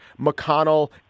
McConnell